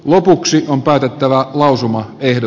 lopuksi on päätettävä lausuma eh do